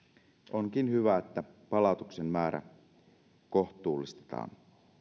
onkin hyvä että palautuksen määrä kohtuullistetaan